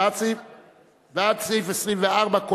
עד סעיף 24,